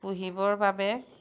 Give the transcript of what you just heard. পুহিবৰ বাবে